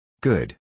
Good